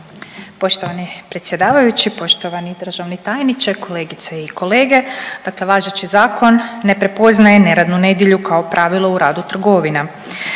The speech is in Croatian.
poštovani predsjedavajući, poštovani državni tajniče, kolegice i kolege. Dakle važeći zakon ne prepoznaje neradnu nedjelju kao pravilo u radu trgovina.